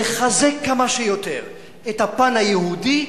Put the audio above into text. לחזק כמה שיותר את הפן היהודי,